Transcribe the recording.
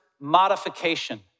modification